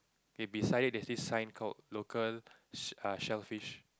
and beside it there's this sign called local err shellfish